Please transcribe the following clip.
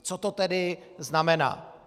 Co to tedy znamená.